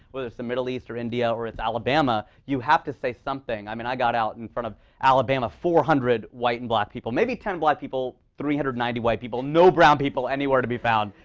whether it's the middle east, or india, or it's alabama. you have to say something. i mean, i got out in front of alabama, four hundred white and black people, maybe ten black people, three hundred and ninety white people. no brown people anywhere to be found.